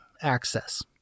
access